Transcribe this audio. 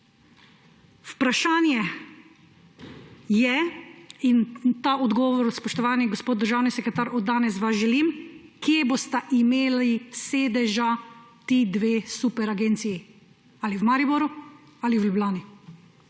Vprašanje je, in ta odgovor, spoštovani državni sekretar, danes od vas želim, kje bosta imeli sedeža ti dve superagenciji. Ali v Mariboru ali v Ljubljani?